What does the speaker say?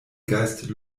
geist